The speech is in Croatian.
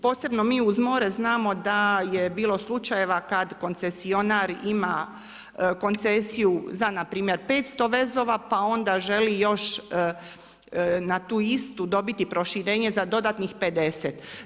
Posebno mi uz more znamo da je bilo slučajeva kad koncesionar ima koncesiju za npr. 500 vezova, pa onda želi još na tu istu dobiti proširenje za dodatnih 50.